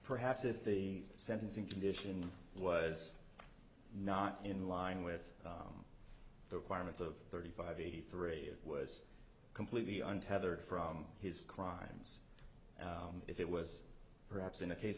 perhaps if the sentencing condition was not in line with the requirements of thirty five eighty three it was completely untethered from his crimes if it was perhaps in a case